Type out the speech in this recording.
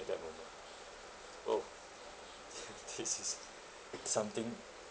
at that moment orh this is something